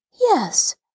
Yes